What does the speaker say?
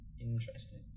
Interesting